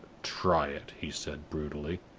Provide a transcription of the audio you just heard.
try it, he said, brutally.